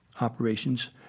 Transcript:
operations